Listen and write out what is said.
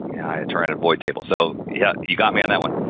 i try to avoid tables. so yeah, you got me on that one.